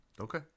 okay